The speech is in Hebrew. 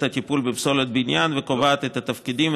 הטיפול בפסולת בניין וקובעת את התפקידים,